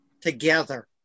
together